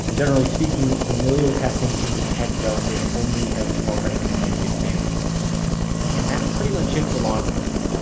and generally speaking, familial testing can detect relatives only as far as the immediate family and that's pretty much it for law enforcement.